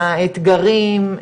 האתגרים,